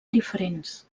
diferents